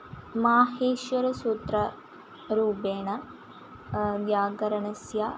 माहेश्वरसूत्ररूपेण व्याकरणस्य